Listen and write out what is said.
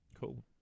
Cool